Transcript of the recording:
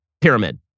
pyramid